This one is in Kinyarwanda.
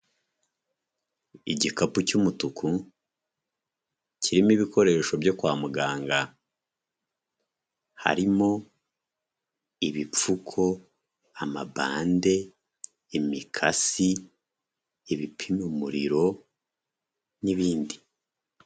Igikapu cy'umutuku kirimo ibikoresho byo kwa muganga harimo ibipfuko, amabande, imikasi ibipima umuriro n'ibindi.